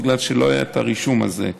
בגלל שלא היה את הרישום הזה.